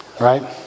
right